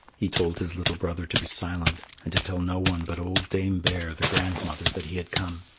he told his little brother to be silent, and to tell no one but old dame bear, the grandmother, that he had come.